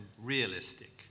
realistic